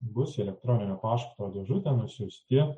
bus elektroninio pašto dėžutę nusiųsti